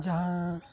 ᱡᱟᱦᱟᱸ